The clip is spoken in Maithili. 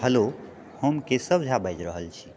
हेलौ हम केशव झा बाजि रहल छी